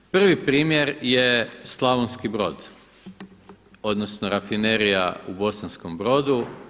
Prvi primjer je Slavonski Brod, odnosno Rafinerija u Bosanskom Brodu.